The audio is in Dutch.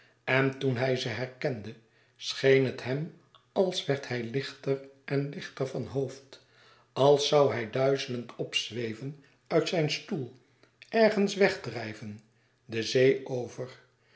en toen hij ze herkende scheen het hem als werd hij lichter en lichter van hoofd als zoû hij duizelend opzweven uit zijn stoel ergens weg drijven de zee over